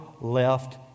left